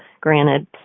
Granted